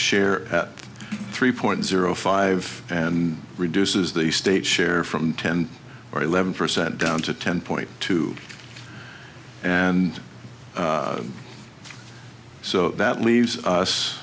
share at three point zero five and reduces the state's share from ten or eleven percent down to ten point two and so that leaves us